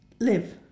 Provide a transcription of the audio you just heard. live